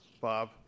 Bob